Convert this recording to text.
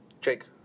Jake